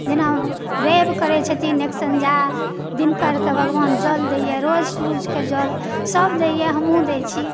जेना रवि करय छथिन एकसँझा दिनकरके भगवान जल दयए रोज रोज सुरुजके जल सभ दयए हमहुँ दैत छी